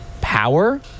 Power